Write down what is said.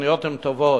התוכניות הן טובות,